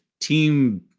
team